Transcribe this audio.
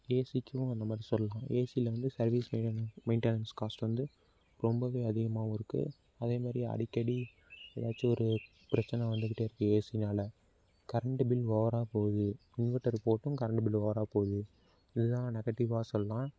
ஏசிக்கும் அந்த மாதிரி சொல்லலாம் ஏசில வந்து சர்வீஸ் மெயின் மெயின்ட்டனன்ஸ் காஸ்ட் வந்து ரொம்பவே அதிகமாகவும் இருக்குது அதே மாதிரி அடிக்கடி ஏதாச்சும் ஒரு பிரச்சனை வந்துக்கிட்டே இருக்குது ஏசினால் கரெண்டு பில்லு ஓவராக போகுது இன்வெட்டரு போட்டும் கரெண்டு பில்லு ஓவராக போகுது இதுதான் நெகட்டிவ்வாக சொல்லலாம்